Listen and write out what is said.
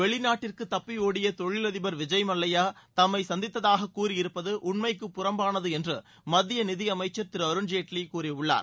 வெளிநாட்டிற்கு தப்பியோடிய தொழிலதிபர் விஜய் மல்லையா தம்மை சந்தித்தாக கூறியிருப்பது உண்மைக்கு புறம்பானது என்று மத்திய நிதியமைச்சர் திரு அருண்ஜேட்லி கூறியுள்ளார்